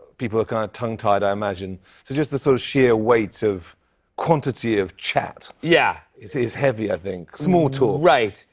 people are kind of tongue-tied i imagine. so just this sort of sheer weight of quantity of chat. yeah. is is heavy, i think. small talk. right,